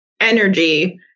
energy